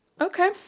Okay